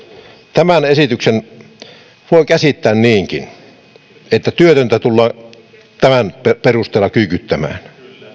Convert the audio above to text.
tämän esityksen voi käsittää niinkin että työtöntä tullaan tämän perusteella kyykyttämään